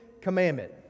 commandment